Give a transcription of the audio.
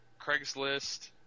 Craigslist